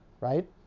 right